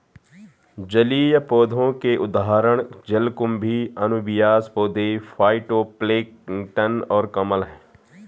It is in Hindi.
जलीय पौधों के उदाहरण जलकुंभी, अनुबियास पौधे, फाइटोप्लैंक्टन और कमल हैं